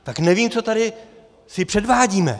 Tak nevím, co tady předvádíme.